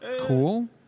cool